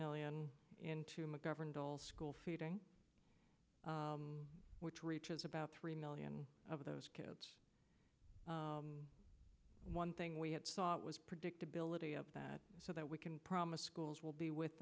million into mcgovern dulls school feeding which reaches about three million of those kids one thing we had thought was predictability of that so that we can promise schools will be with